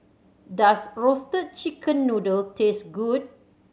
does Roasted Chicken Noodle taste good